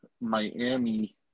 Miami